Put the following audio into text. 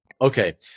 Okay